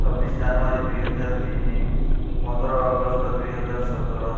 ଛବିଶ ଜାନୁଆରୀ ଦୁଇ ହଜାର ତିନି ପନ୍ଦର ଅଗଷ୍ଟ ଦୁଇ ହଜାର ସତର